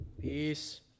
Peace